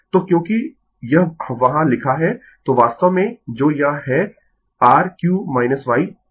तो क्योंकि यह वहां लिखा है तो वास्तव में जो यह है r q y